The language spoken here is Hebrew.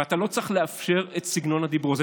ואתה לא צריך לאפשר את סגנון הדיבור הזה.